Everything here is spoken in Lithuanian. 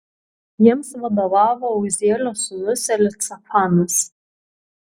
jiems vadovavo uzielio sūnus elicafanas